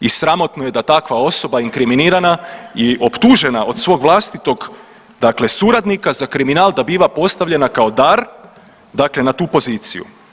I sramotno je da takva osoba inkriminirana i optužena od svog vlastitog suradnika za kriminal da biva postavljena kao dar na tu poziciju.